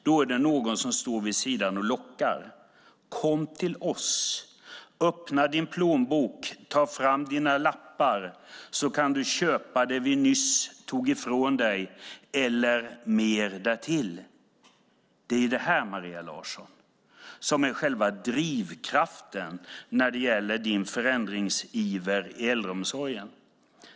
Då står någon vid sidan av och lockar: Kom till oss! Öppna din plånbok och ta fram dina lappar så kan du köpa det vi nyss tog ifrån dig och mer därtill! Det är detta, Maria Larsson, som är själva drivkraften när det gäller din förändringsiver i äldreomsorgen.